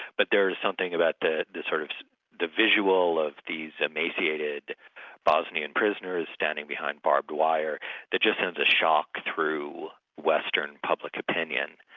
but there is something about the the sort of visual of these emaciated bosnian prisoners standing behind barbed wire that just sends a shock through western public opinion.